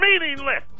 meaningless